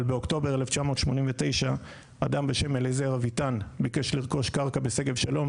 אבל באוקטובר 1989 אדם בשם אליעזר אביטן ביקש לרכוש קרקע בשגב שלום